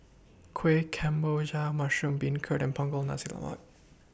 Kuih Kemboja Mushroom Beancurd and Punggol Nasi Lemak